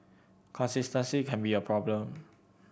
consistency can be a problem